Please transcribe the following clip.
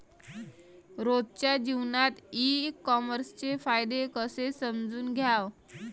रोजच्या जीवनात ई कामर्सचे फायदे कसे समजून घ्याव?